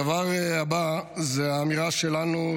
הדבר הבא זה האמירה שלנו,